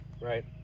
right